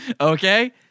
Okay